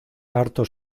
harto